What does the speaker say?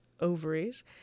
ovaries